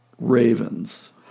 ravens